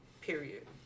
Period